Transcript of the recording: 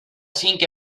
cinc